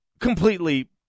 Completely